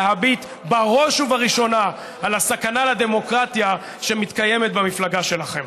להביט בראש ובראשונה על הסכנה לדמוקרטיה שמתקיימת במפלגה שלכם.